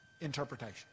interpretation